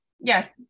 yes